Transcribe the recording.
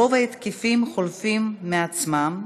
רוב ההתקפים חולפים מעצמם,